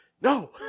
no